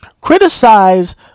Criticize